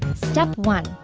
step one.